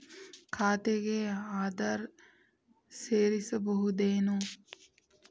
ಖಾತೆಗೆ ಆಧಾರ್ ಸೇರಿಸಬಹುದೇನೂ?